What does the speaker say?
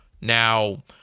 Now